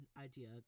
Idea